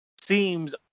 seems